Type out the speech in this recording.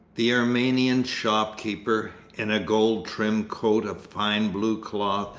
the armenian shopkeeper, in a gold-trimmed coat of fine blue cloth,